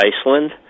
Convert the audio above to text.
Iceland